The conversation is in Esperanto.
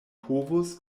povus